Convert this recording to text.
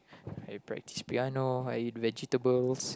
I practice piano I eat vegetables